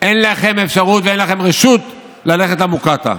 אין לכם אפשרות ואין לכם רשות ללכת למוקטעה.